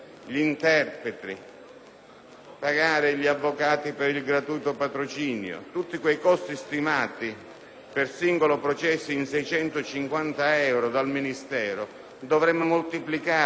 e gli avvocati per il gratuito patrocinio. Tutti quei costi, stimati per singolo processo in 650 euro dal Ministero, dovremo dunque moltiplicarli e trovare